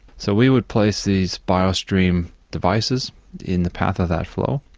so we would places these biostream devices in the path of that flow,